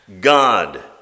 God